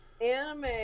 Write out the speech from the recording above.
anime